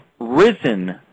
risen